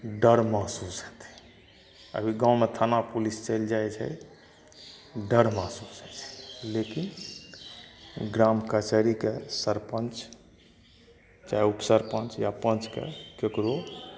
डर महसूस हेतै अभी गाँवमे थाना पुलिस चैलि जाइ छै डर महसूस होइ छै लेकिन ग्राम कचहरीके सरपञ्च चाहे उप सरपञ्च या पञ्चके केकरो